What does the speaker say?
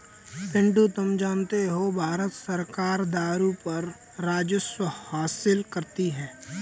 पिंटू तुम जानते हो भारत सरकार दारू पर राजस्व हासिल करती है